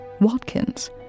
Watkins